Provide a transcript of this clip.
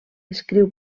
escriu